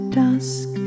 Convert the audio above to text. dusk